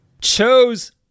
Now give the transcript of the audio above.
Chose